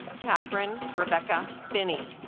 katherine rebecca finney